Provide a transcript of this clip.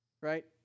Right